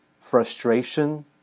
frustration